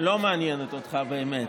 לא מעניינת אותך באמת,